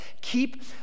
Keep